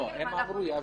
לא, הם אמרו שיעבירו.